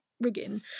rigging